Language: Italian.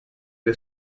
che